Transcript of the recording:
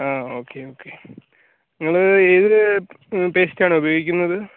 ആ okay okay നിങ്ങൾ ഏത് പേസ്റ്റാണ് ഉപയോഗിക്കുന്നത്